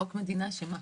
חוק מדינה שמה?